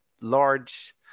large